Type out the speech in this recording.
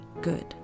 good